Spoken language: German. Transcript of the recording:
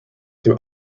dem